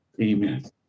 Amen